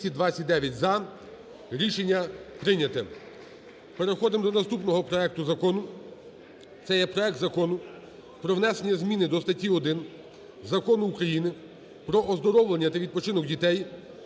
Рішення прийняте. Переходимо до наступного проекту закону – це є проект Закону про внесення зміни до статті 1 Закону України "Про оздоровлення та відпочинок дітей"